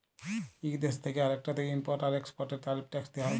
ইক দ্যেশ থ্যাকে আরেকটতে ইমপরট আর একেসপরটের তারিফ টেকস হ্যয়